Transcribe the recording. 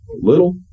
little